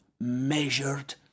measured